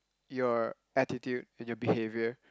your attitude and your behaviour